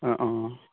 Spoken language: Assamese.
অঁ অঁ